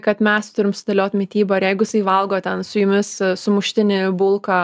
kad mes turim sudėliot mitybą ir jeigu jisai valgo ten su jumis sumuštinį bulką